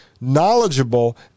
knowledgeable